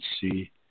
see